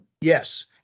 Yes